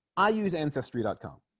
i use ancestry dot com